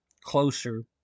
closer